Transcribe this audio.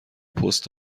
پست